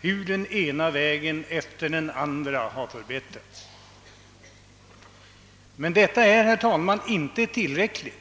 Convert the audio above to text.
hur den ena vägen efter den andra har förbättrats genom de miljoner som har anslagits av riksdagen. Men detta är, herr talman, inte tillräckligt.